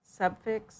Subfix